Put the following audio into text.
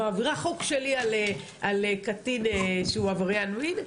לגבי קטין שהוא עבריין מין.